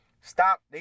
Stop